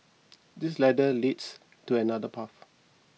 this ladder leads to another path